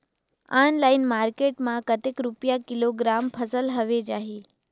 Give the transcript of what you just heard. Online market मां कतेक रुपिया किलोग्राम फसल हवे जाही?